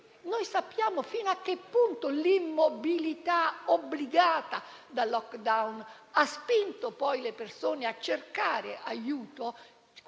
Sappiamo fino a che punto l'immobilità obbligata da *lockdown* ha spinto le persone a cercare aiuto.